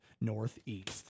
Northeast